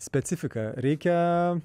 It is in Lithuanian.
specifiką reikia